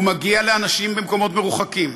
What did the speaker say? הוא מגיע לאנשים במקומות מרוחקים.